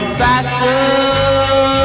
faster